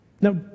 Now